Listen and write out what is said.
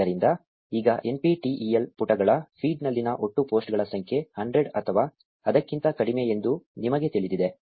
ಆದ್ದರಿಂದ ಈಗ NPTEL ಪುಟಗಳ ಫೀಡ್ನಲ್ಲಿನ ಒಟ್ಟು ಪೋಸ್ಟ್ಗಳ ಸಂಖ್ಯೆ 100 ಅಥವಾ ಅದಕ್ಕಿಂತ ಕಡಿಮೆ ಎಂದು ನಿಮಗೆ ತಿಳಿದಿದೆ